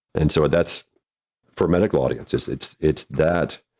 and so, that's for medical audiences, it's, it's that,